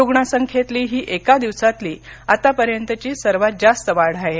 रुग्णसंख्येतली ही एका दिवसातली आतापर्यंतची सर्वात जास्त वाढ आहे